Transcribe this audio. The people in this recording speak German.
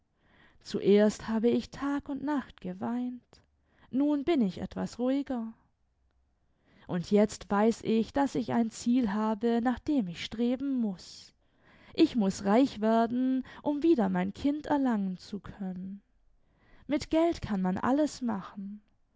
zuerst habe ich tag und nacht geweint nun bin ich etwas ruhiger und jetzt weiß ich daß ich ein ziel habe nach dem ich streben muß ich muß reich werden um wieder mein kind erlangen zu können mit geld kann man alles machen